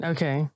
Okay